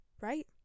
right